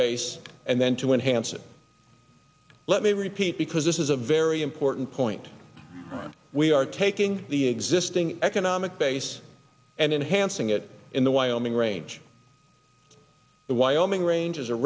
base and then to enhance it let me repeat because this is a very important point we are taking the existing economic base and enhancing it in the wyoming range the wyoming ranges